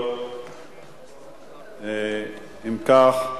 אם כך,